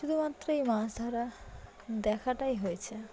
শুধুমাত্র এই মাছ ধরা দেখাটাই হয়েছে